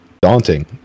daunting